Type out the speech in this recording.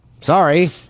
sorry